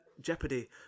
jeopardy